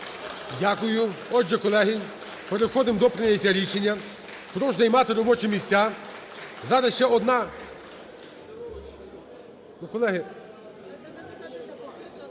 Дякую. Отже, колеги, переходимо до прийняття рішення. Прошу займати робочі місця. Зараз ще одна…